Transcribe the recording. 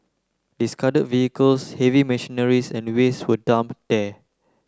discarded vehicles heavy machineries and waste were dumped there